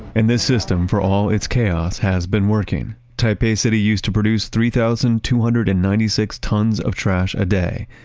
in this system, for all its chaos, has been working. taipei city used to produce three thousand two hundred and ninety six tons of trash a day.